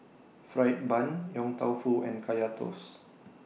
Fried Bun Yong Tau Foo and Kaya Toast